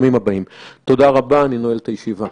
תודה רבה, אני נועל את הישיבה.